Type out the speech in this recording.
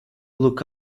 look